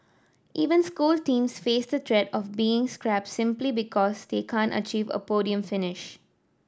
even school teams face the threat of being scrapped simply because they can't achieve a podium finish